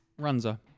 Runza